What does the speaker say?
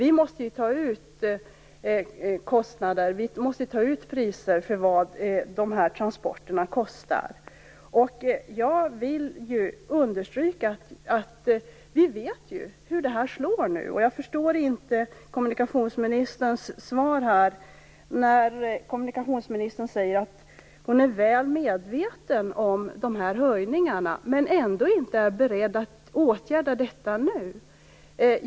Man måste ta betalt för vad dessa transporter kostar. Jag vill understryka att vi nu vet hur detta slår. Jag förstår inte kommunikationsministerns svar. Hon säger att hon är väl medveten om dessa höjningar men är ändå inte beredd att åtgärda det här nu.